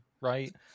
right